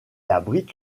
abrite